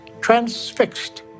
transfixed